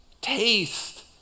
taste